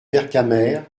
vercamer